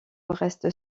reste